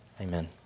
Amen